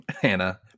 Hannah